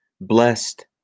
blessed